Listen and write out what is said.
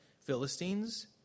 Philistines